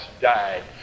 died